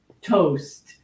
toast